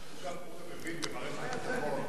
הוא גם מבין במערכת הביטחון.